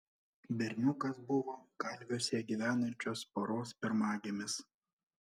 berniukas buvo kalviuose gyvenančios poros pirmagimis